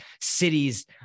cities